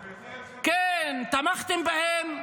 --- כן, תמכתם בהם.